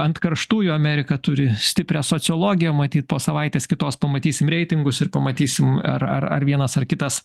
ant karštųjų amerika turi stiprią sociologiją matyt po savaitės kitos pamatysim reitingus ir pamatysim ar ar ar vienas ar kitas